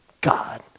God